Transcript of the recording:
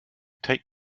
take